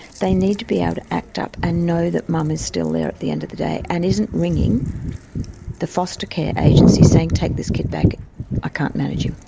they need to be able ah to act up and know that mum is still there at the end of the day and isn't ringing the foster care agency saying, take this kid back i can't manage him.